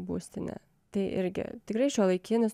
būstinė tai irgi tikrai šiuolaikinis